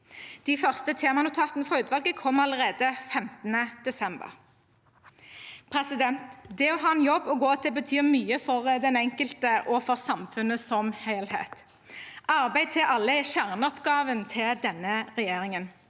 De første temanotatene fra utvalget kommer allerede 15. desember. Det å ha en jobb å gå til betyr mye for den enkelte og for samfunnet som helhet. Arbeid til alle er kjerneoppgaven til denne regjeringen.